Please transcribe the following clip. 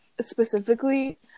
specifically